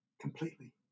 completely